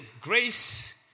grace